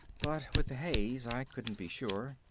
but with the haze i couldn't be sure,